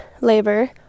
labor